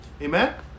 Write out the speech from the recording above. Amen